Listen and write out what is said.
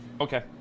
Okay